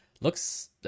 looks